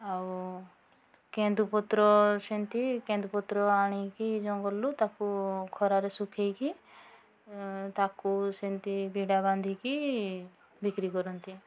ଆଉ କେନ୍ଦୁପତ୍ର ସେମିତି କେନ୍ଦୁପତ୍ର ଆଣିକି ଜଙ୍ଗଲରୁ ତାକୁ ଖରାରେ ଶୁଖାଇକି ତାକୁ ସେମିତି ବିଡ଼ା ବାନ୍ଧିକି ବିକ୍ରି କରନ୍ତି